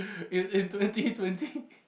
it's in twenty twenty